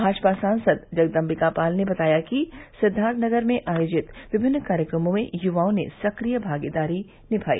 भाजपा सांसद जगदभ्विका पाल ने बताया कि सिद्वार्थनगर में आयोजित विभिन्न कार्यक्रमों में युवाओं ने सक्रिय भागीदारी निभाई